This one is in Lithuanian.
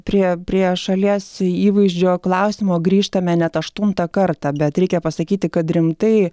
prie prie šalies įvaizdžio klausimo grįžtame net aštuntą kartą bet reikia pasakyti kad rimtai